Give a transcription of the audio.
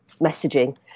messaging